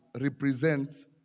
represents